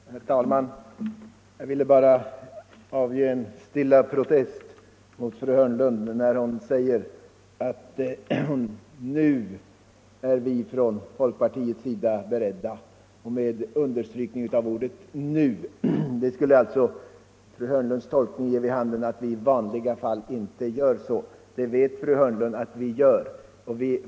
Nr 85 Herr talman! Jag vill bara avge en stilla protest mot fru Hörnlund, Onsdagen den när hon säger att nu är vi från folkpartiet beredda att medverka när det 21 maj 1975 gäller finansieringen av arbetsmarknadsutbildningen. Enligt fru Hörn= lunds tolkning skulle vi i vanliga fall inte vara det. Men det vet fru = Arbetsmarknadsut Hörnlund att vi är.